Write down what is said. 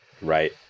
right